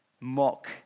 mock